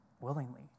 willingly